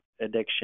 addiction